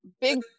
big